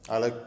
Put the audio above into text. Ale